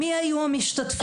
מי היו המשתתפים.